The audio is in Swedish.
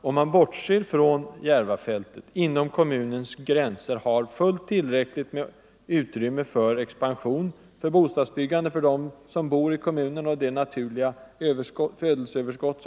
om man bortser från Järvafältet har denna kommun inom sina gränser tillräckligt med utrymme för en expansion av bostadsbyggandet för dem som bor i kommunen och för det naturliga födelseöverskottet.